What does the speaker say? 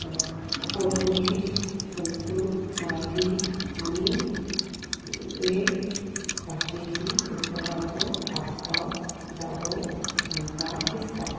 पोर्तुगीज संस्कृत मराठी आनी वेर भाशेची उत्तराचो आस्पाव जालो आमकां दिसता